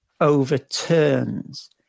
Overturns